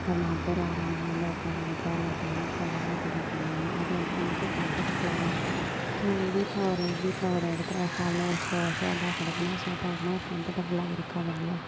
ஒரு நால் பேர் வராங்கன்னா வந்து உட்காருங்க ச்சேரில் உட்காருங்கன்னு ச்சேரில் தான் உட்கார வைக்க முடியும் அது வந்து நம்மளுக்கு கம்ஃபர்ட்டபிளாகவும் இருக்கும் வீட்டில் ஒரு வீட்டில் ஒரு இடத்துல ஹாலில் ஒரு ஷோ ஷோபா கிடக்குன்னா ஷோபானா ஒரு கம்ஃபர்ட்டபிளாக இருக்காது இல்லையா